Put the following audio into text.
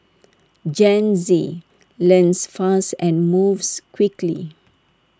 Gen Z learns fast and moves quickly